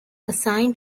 assigned